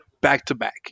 back-to-back